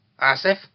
Asif